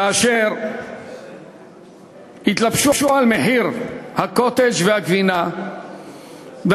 כאשר התלבשו על מחירי הקוטג' והגבינה הלבנה,